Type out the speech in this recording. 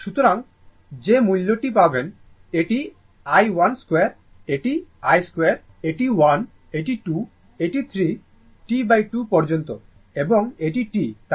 সুতরাং যে মূল্যই পাবেন এটি i1 2 এটি I2 এটি 1 এটি 2 এটি 3 T2 পর্যন্ত এবং এটি T তাই না